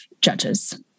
judges